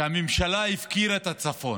הממשלה הפקירה את הצפון.